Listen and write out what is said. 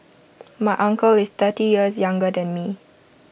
my uncle is thirty years younger than me